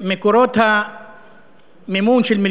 שמקורות המימון שלהם,